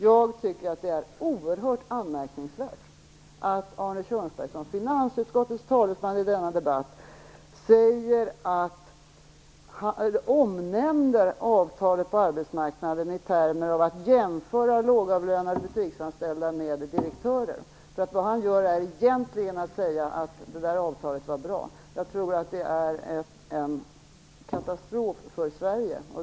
Jag tycker att det är oerhört anmärkningsvärt att Arne Kjörnsberg som finansutskottets talesman i denna debatt omnämner avtalet på arbetsmarknaden i termer av att jämföra lågavlönade butiksanställda med direktörer. Vad han gör är egentligen att säga att avtalet i fråga är bra. Jag tror att det är en katastrof för Sverige.